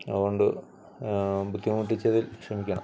അതുകൊണ്ട് ബുദ്ധിമുട്ടിച്ചതിൽ ക്ഷമിക്കണം